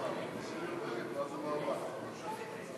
אני מבקש להביא בפניכם את תשובתו של השר ליצמן,